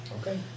Okay